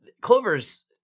Clover's